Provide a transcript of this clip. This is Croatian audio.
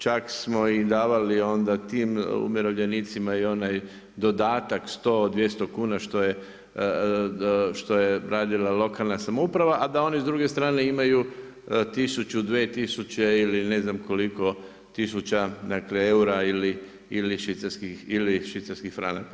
Čak smo i davali onda tim umirovljenicima i onaj dodatak 100, 200 kuna što je radila lokalna samouprava a da oni s druge strane imaju 1000, 2000 ili ne znam koliko tisuća dakle eura ili švicarskih franaka.